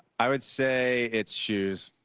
i would say it's shoes.